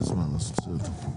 על סדר-היום: